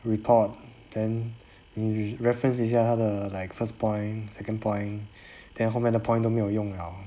report then engli~ reference 一下他的 like first point second point then 后面的 point 都没有用 liao